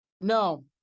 No